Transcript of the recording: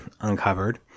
uncovered